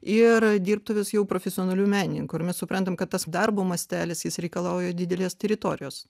ir dirbtuvės jau profesionalių menininkų ir mes suprantam kad tas darbo mastelis jis reikalauja didelės teritorijos